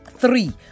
three